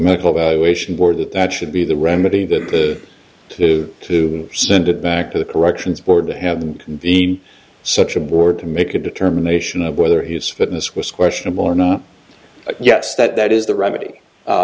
medical evaluation board that that should be the remedy the two to send it back to the corrections board to have them be such a board to make a determination of whether his fitness was questionable or not yes that is the remedy